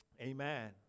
Amen